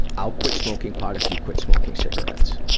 i'll quit smoking pot, if you quit smoking cigarettes.